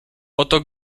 oto